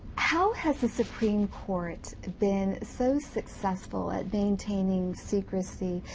how has the supreme court been so successful at maintaining secrecy.